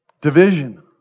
Division